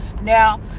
now